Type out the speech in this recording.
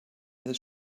this